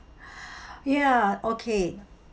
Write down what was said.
ya okay